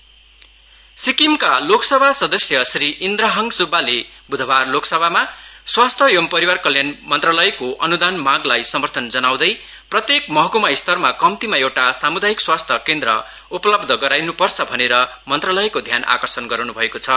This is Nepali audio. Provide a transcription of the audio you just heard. लोकसाभा इन्द्रहाङ सिक्किमका लोकसभा सदस्य श्री इन्द्रहाङ सुब्बाले वुधवार लोकसभामा स्वाथ्य एवं परिवार कल्याण मन्त्रालयको अनुदान मागलाई समर्थन जनाउदै प्रत्येक महकुमा स्तरमा कम्तिमा एउटा सामुदायिक स्वाध्य केन्द्र उपलब्ध गराइनु पर्छ भनेर मन्त्रालयको ध्यान आकर्षण गराउनुभएको छ